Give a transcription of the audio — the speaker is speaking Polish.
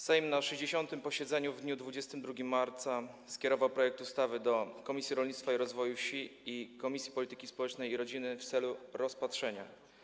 Sejm na 60. posiedzeniu w dniu 22 marca skierował projekt ustawy do Komisji Rolnictwa i Rozwoju Wsi oraz Komisji Polityki Społecznej i Rodziny w celu rozpatrzenia.